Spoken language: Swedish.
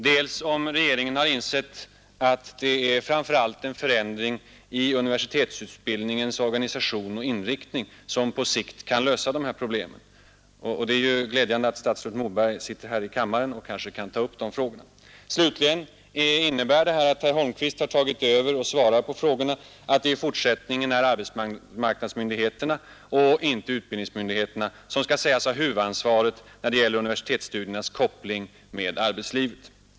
Min andra reflexion är: Har inte regeringen insett att det framför allt behövs en förändring i universitetsutbildningens organisation och inriktning för att på sikt kunna lösa dessa problem? Det är glädjande att statsrådet Moberg sitter i kammaren och kanske kan ta upp dessa frågor. Slutligen, innebär det förhållandet att herr Holmqvist tagit över och besvarat interpellationen att det i fortsättningen är arbetsmarknadsmyndigheterna och inte utbildningsmyndigheterna som kan sägas ha huvudansvaret när det gäller universitetsstudiernas koppling med arbetslivet?